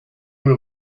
will